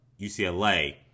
ucla